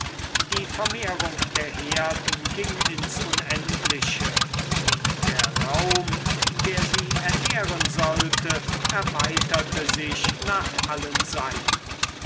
die vermehrung der herden ging ins unendliche und der raum der sie ernähren sollte erweiterte sich nach allen seiten